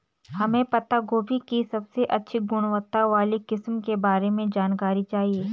हमें पत्ता गोभी की सबसे अच्छी गुणवत्ता वाली किस्म के बारे में जानकारी चाहिए?